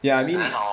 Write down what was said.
ya I mean